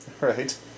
Right